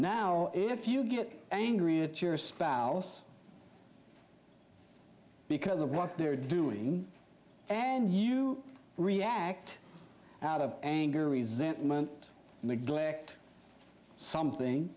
now if you get angry at your spouse because of what they're doing and you react out of anger resentment and neglect something